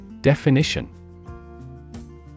Definition